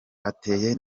ateye